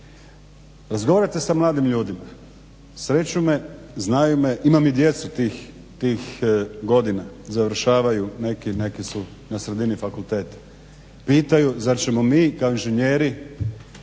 Razgovarate sa mladim ljudima, sreću me, znaju me, imam i djecu tih godina, završavaju, neki su na sredini fakulteta. Pitaju zar ćemo mi kao inženjeri